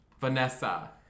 Vanessa